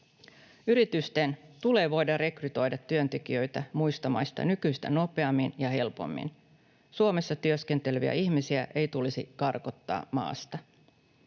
Yritysten tulee voida rekrytoida työntekijöitä muista maista nykyistä nopeammin ja helpommin. Suomessa työskenteleviä ihmisiä ei tulisi karkottaa maasta.